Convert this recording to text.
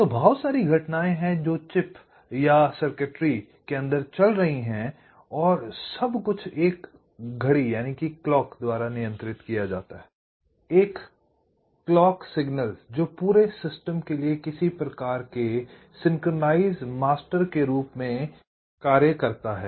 तो बहुत सारी घटनाएं हैं जो चिप या सर्किट्री के अंदर चल रही हैं और सब कुछ एक घड़ी द्वारा नियंत्रित किया जाता हैI एक घड़ी संकेत जो पूरे सिस्टम के लिए किसी प्रकार के सिंक्रनाइज़ मास्टर के रूप में कार्य करता है